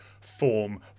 form